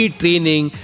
training